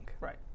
Right